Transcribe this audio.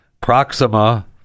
Proxima